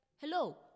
hello